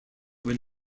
were